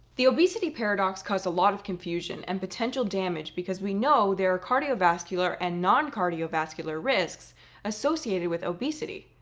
the obesity paradox caused a lot of confusion and potential damage because we know there are cardiovascular and non-cardiovascular risks associated with obesity.